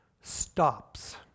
stops